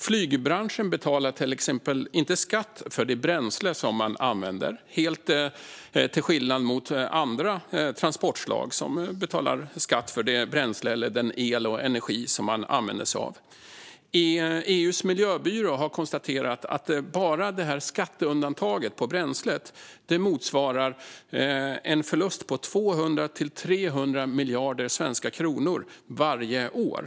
Flygbranschen betalar till exempel inte skatt för det bränsle man använder, till skillnad mot andra transportslag som betalar skatt för det bränsle eller den el och energi som man använder sig av. EU:s miljöbyrå har konstaterat att bara detta skatteundantag på bränsle motsvarar en förlust på 200-300 miljarder svenska kronor varje år.